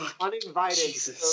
Uninvited